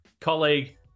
colleague